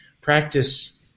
practice